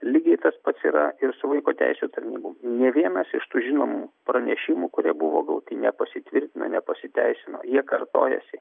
lygiai tas pats yra ir su vaiko teisių tarnybom nė vienas iš tų žinomų pranešimų kurie buvo gauti nepasitvirtino nepasiteisino jie kartojosi